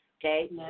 Okay